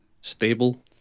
stable